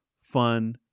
fun